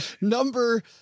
Number